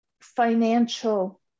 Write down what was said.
financial